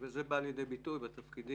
וזה בא לידי ביטוי בתפקידים,